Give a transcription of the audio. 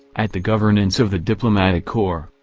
at the governance of the diplomatic corps,